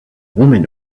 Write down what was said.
woman